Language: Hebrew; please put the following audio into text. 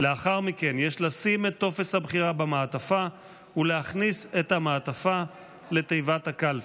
לאחר מכן יש לשים את טופס הבחירה במעטפה ולהכניס את המעטפה לתיבת הקלפי.